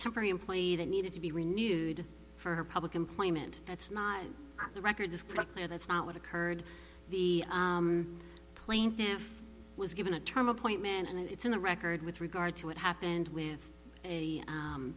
temporary employee that needed to be renewed for public employment that's not the record is pretty clear that's not what occurred the plaintiffs was given a term appointment and it's on the record with regard to what happened with a